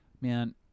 man